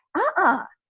ah,